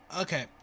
Okay